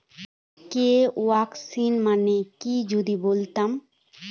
KYC মানে কি যদি বলতেন?